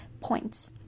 points